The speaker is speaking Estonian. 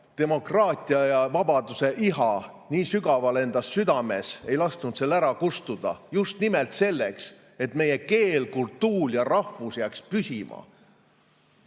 demokraatia ja vabaduse iha nii sügaval enda südames, ei lasknud sel ära kustuda? Just nimelt selleks, et meie keel, kultuur ja rahvus jääks püsima.